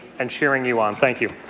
and cheering you on. thank you.